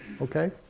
okay